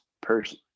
person